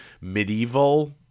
medieval